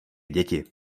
děti